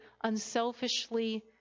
unselfishly